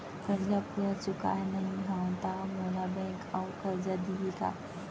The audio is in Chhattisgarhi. करजा पूरा चुकोय नई हव त मोला बैंक अऊ करजा दिही का?